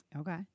Okay